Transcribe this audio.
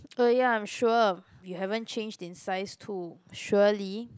oh ya I'm sure you haven't change in size too surely